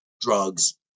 drugs